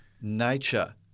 nature